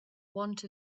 want